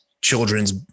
children's